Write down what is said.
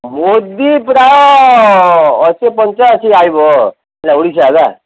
ମୋଦୀ ପ୍ରାୟ ଅଶୀ ପଞ୍ଚାଅଶୀ ଆସିବ ହେଲା ଓଡ଼ିଶା ହେଲା